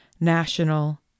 national